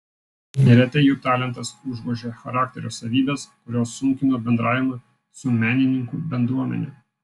neretai jų talentas užgožė charakterio savybes kurios sunkino bendravimą su menininkų bendruomene